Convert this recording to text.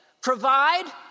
Provide